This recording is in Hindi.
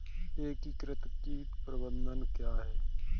एकीकृत कीट प्रबंधन क्या है?